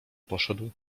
poszedł